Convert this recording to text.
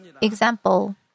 example